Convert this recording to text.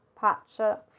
Pacha